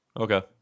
Okay